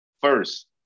First